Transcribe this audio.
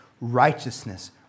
righteousness